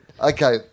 Okay